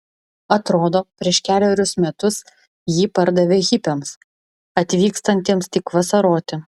atrodo prieš kelerius metus jį pardavė hipiams atvykstantiems tik vasaroti